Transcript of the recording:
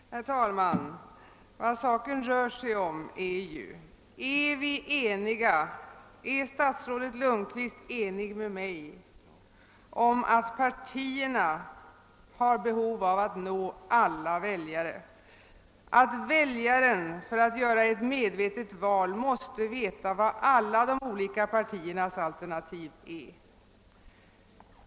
Herr talman! Vad frågan rör sig om är huruvida vi är eniga om att partierna har ett behov av att nå alla väljare och att väljaren för att kunna göra ett medvetet val måste veta vilka de olika partiernas alternativ är.